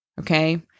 okay